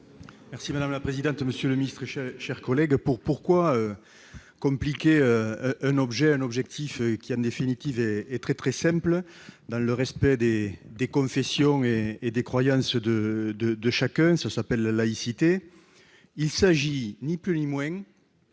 Merci madame la présidente, monsieur le ministre, chers collègues pour pourquoi compliquer un objet, un objectif qui a définitive, elle est très très simple, dans le respect des des confessions et et des croyances de chacun,